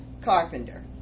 Carpenter